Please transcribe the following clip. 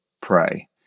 pray